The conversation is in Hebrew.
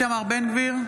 איתמר בן גביר,